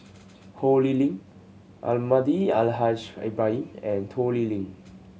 Ho Lee Ling Almahdi Al Haj Ibrahim and Toh Liying